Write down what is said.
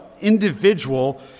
individual